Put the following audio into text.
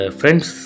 friends